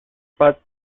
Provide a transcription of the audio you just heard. path